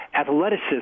Athleticism